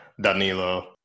Danilo